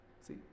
See